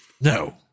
No